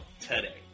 today